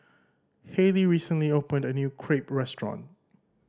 Haleigh recently opened a new Crepe restaurant